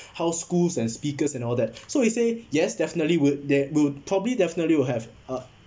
how schools and speakers and all that so we say yes definitely would that would probably definitely will have a